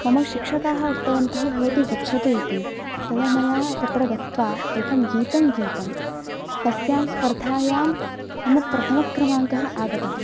मम शिक्षकाः उक्तवन्तः भवति गच्छतु इति तदा मया तत्र गत्वा एकं गीतं गीतम् तस्यां स्पर्धायां मम प्रथमक्रमाङ्कः आगतः